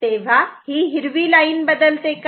तेव्हा ही हिरवी लाईन बदलते का